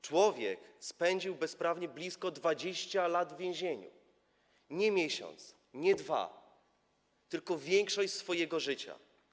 Człowiek bezprawnie spędził blisko 20 lat w więzieniu - nie miesiąc, nie dwa, tylko większość swojego życia.